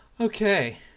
Okay